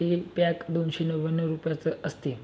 ते पॅक दोनशे नव्याण्णव रुपयाचं असते